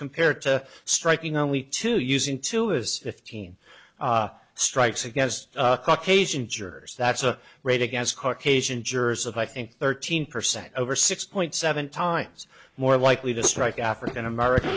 compared to striking only to using two as fifteen strikes against kazan jurors that's a rate against caucasian jurors of i think thirteen percent over six point seven times more likely to strike african american